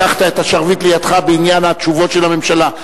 לקחת את השרביט לידך בעניין התשובות של הממשלה.